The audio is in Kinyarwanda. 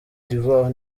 d’ivoire